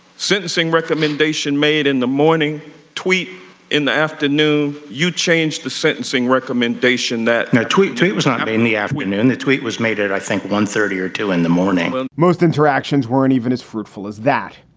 sentencing recommendation made in the morning tweet in the afternoon. you changed the sentencing recommendation. that tweet tweet was not made and in the afternoon. the tweet was made it, i think, one thirty or two in the morning most interactions weren't even as fruitful as that.